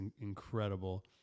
incredible